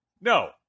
No